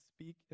speak